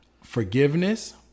forgiveness